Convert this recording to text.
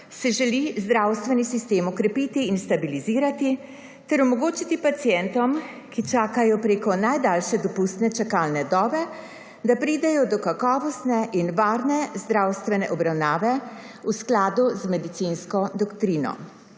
se želi zdravstveni sistem okrepiti in stabilizirati ter omogočiti pacientom, ki čakajo preko najdaljše dopustne čakalne dobe, da pridejo do kakovostne in varne zdravstvene obravnave v skladu z medinsko doktrino.